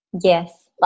Yes